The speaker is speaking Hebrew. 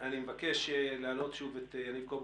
אני מבקש להעלות שוב את יניב קובוביץ'.